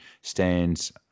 stands